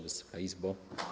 Wysoka Izbo!